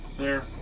they're.